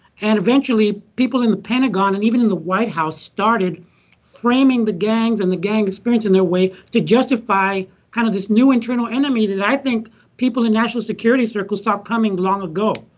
and eventually people in the pentagon and even in the white house started framing the gangs and the gang experience in their way to justify kind of this new internal enemy that i think people in national security circles started coming long ago.